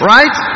Right